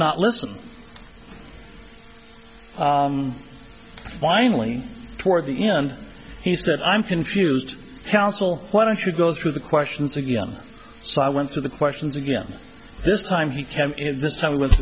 not listen finally toward the end he said i'm confused counsel why don't you go through the questions again so i went through the questions again this time he came in t